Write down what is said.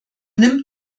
nimmt